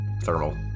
thermal